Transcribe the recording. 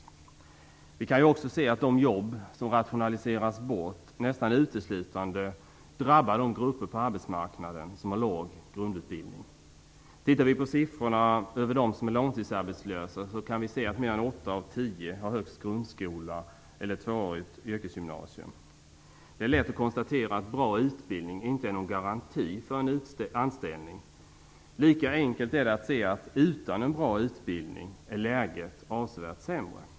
Vi kan också se att de jobb som rationaliseras bort nästan uteslutande drabbar de grupper på arbetsmarknaden som har låg grundutbildning. Tittar vi på siffrorna över dem som är långtidsarbetslösa kan vi se att mer än åtta av tio har högst grundskola eller tvåårigt yrkesgymnasium. Det är lätt att konstatera att bra utbildning inte är någon garanti för en anställning. Lika enkelt är det att se att utan en bra utbildning är läget avsevärt sämre.